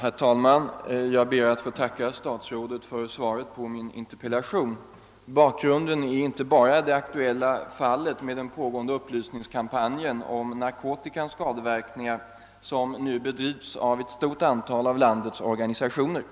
Herr talman! Jag ber att få tacka statsrådet för svaret på min interpellation. Bakgrunden är inte bara det aktuella fallet med den upplysningskampanj om narkotikans skadeverkningar, som nu bedrivs av ett stort antal av landets organisationer.